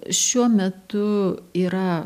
šiuo metu yra